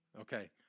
Okay